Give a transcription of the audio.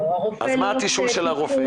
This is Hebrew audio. לא, הרופא --- אז מה התשאול של הרופא?